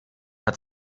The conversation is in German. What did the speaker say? hat